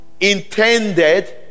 intended